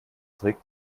trick